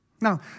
Now